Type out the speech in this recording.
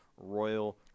royal